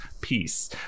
peace